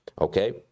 Okay